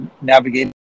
navigate